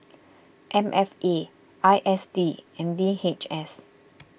M F A I S D and D H S